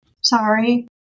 Sorry